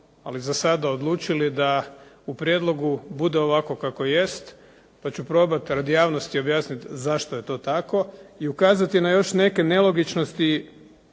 ali za sada odlučili da u prijedlogu bude ovako kako jest, pa ću probati radi javnosti objasniti zašto je to tako i ukazati na još neke nelogičnosti,